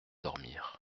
dormir